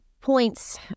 points